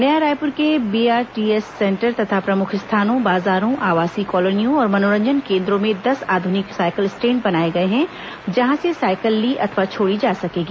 नया रायपूर के BRTS centre तथा प्रमुख स्थानों बाजारों आवासीय कॉलोनियों और मनोरंजन केंद्रों में दस आध्निक साइकिल स्टैंड बनाए गए हैं जहां से साइकिल ली अथवा छोड़ी जा सकेगी